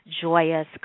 joyous